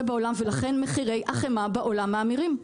גם בעולם ולכן מחירי החמאה בעולם מאמירים.